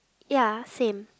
ya same